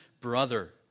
brother